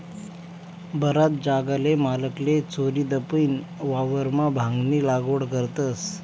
बराच जागल्या मालकले चोरीदपीन वावरमा भांगनी लागवड करतस